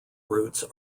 routes